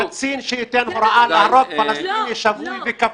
קצין שייתן הוראה להרוג פלסטיני שבוי וכפות,